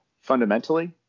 fundamentally